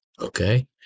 Okay